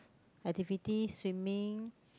activity swimming